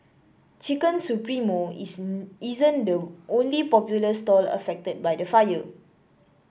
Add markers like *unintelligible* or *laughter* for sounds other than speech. Chicken Supremo *unintelligible* isn't the only popular stall affected by the fire